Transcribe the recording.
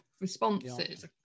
responses